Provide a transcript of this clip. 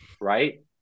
right